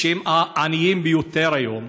שהם העניים ביותר היום,